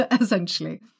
essentially